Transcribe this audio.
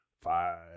five